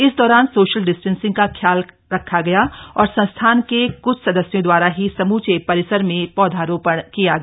इस दौरान social distancing का खास खयाल रखा गया और संस्थान के कुछ सदस्यों दवारा ही समुचे परिसर में पौधरोपण किया गया